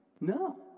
No